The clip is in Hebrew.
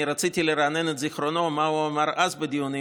אני רציתי לרענן את זיכרונו ולהגיד מה הוא אמר אז בדיונים,